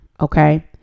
okay